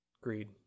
greed